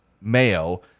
mayo